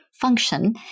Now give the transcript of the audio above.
function